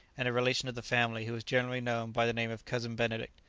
and a relation of the family who was generally known by the name of cousin benedict.